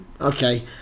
okay